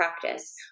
practice